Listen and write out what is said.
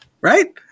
Right